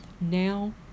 now